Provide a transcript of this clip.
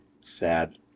sad